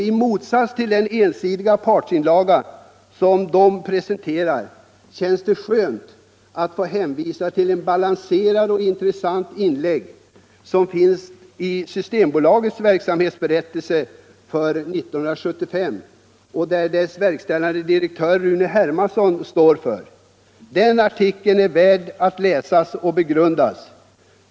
I motsats till de ensidiga partsinlagor som bryggerinäringen presenterar känns det skönt att få hänvisa till det balanserade och intressanta inlägg som finns i Systembolagets verksamhetsberättelse för år 1975 och som dess verkställande direktör Rune Hermansson står för. Den artikeln är värd att läsas och begrundas.